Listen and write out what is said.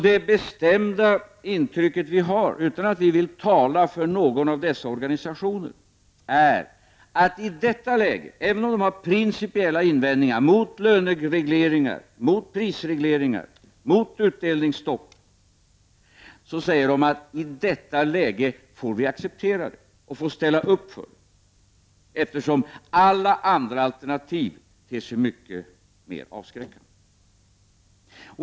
Det bestämda intryck som vi har fått, utan att regeringen vill tala för någon av dessa organisationer, är att de — även om de har principiella invändningar mot löneregleringar, prisregleringar och utdelningsstopp — säger att de i detta läge får acceptera åtgärderna och ställa upp bakom dem, eftersom alla andra alternativ ter sig mycket mer avskräckande.